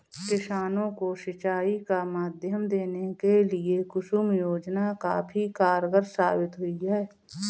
किसानों को सिंचाई का माध्यम देने के लिए कुसुम योजना काफी कारगार साबित हुई है